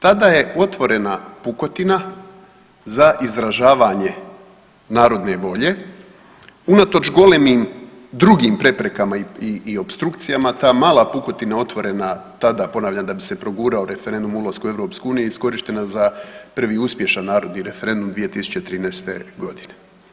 Tada je otvorena pukotina za izražavanje narodne volje unatoč golemim drugim preprekama i opstrukcijama ta mala pukotina otvorena tada ponavljam da bi se progurao referendum o ulasku u EU je iskorištena za prvi uspješan narodni referendum 2013. godine.